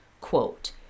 Quote